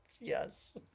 yes